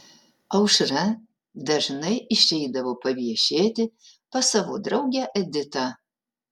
aušra dažnai išeidavo paviešėti pas savo draugę editą